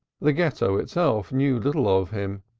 the ghetto, itself, knew little of him,